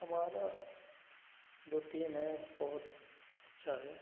हमारा जो टीम है बहुत अच्छा है